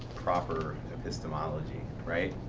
proper epistemology, right.